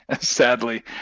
sadly